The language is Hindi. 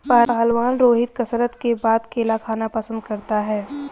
पहलवान रोहित कसरत के बाद केला खाना पसंद करता है